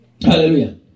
hallelujah